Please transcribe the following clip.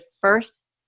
first